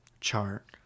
chart